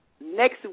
next